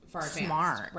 smart